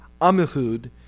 Amihud